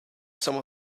some